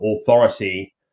authority